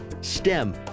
STEM